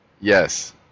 Yes